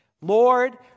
Lord